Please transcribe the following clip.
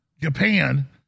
Japan